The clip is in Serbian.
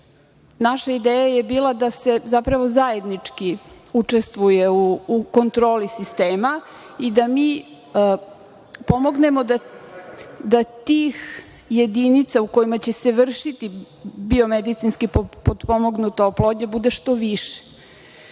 Naša ideja je bila da se zapravo zajednički učestvuje u kontroli sistema i da mi pomognemo da tih jedinica u kojima će se vršiti biomedicinski potpomognuta oplodnja bude što više.